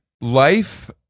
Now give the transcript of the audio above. Life